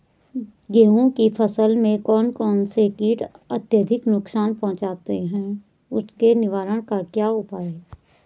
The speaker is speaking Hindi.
गेहूँ की फसल में कौन कौन से कीट अत्यधिक नुकसान पहुंचाते हैं उसके निवारण के क्या उपाय हैं?